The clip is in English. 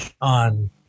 on